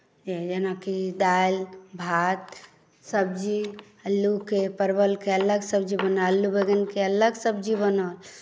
यए जेनाकि दालि भात सब्जी आलूके परवलके अलग सब्जी बनल आलूके बैगनके अलग सब्जी बनल